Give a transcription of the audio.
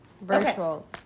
Virtual